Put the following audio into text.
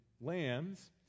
lambs